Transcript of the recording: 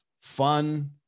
fun